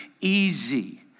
easy